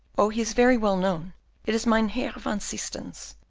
oh, he is very well known it is mynheer van systens,